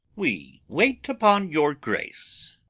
we wait upon your grace.